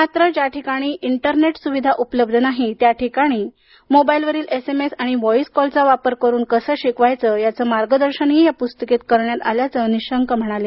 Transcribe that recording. मात्र ज्या ठिकाणी इंटरनेट सुविधा उपलब्ध नाही त्या ठिकाणी मोबाइलवरील एस एम एस आणि वॉइस कॉलचा वापर करून कसं शिकवायचं याचं मार्गदर्शनही या पुस्तिकेत करण्यात आल्याचं नीशंक म्हणाले